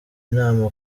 inama